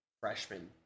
Freshman